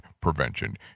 prevention